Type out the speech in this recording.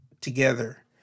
together